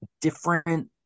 different